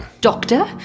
Doctor